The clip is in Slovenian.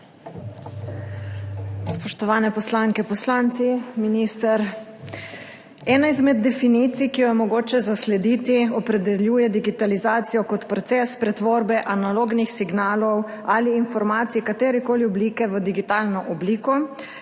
Spoštovani poslanke, poslanci, minister! Ena izmed definicij, ki jo je mogoče zaslediti, opredeljuje digitalizacijo kot proces pretvorbe analognih signalov ali informacij katerekoli oblike v digitalno obliko,